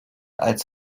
als